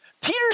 Peter's